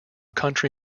country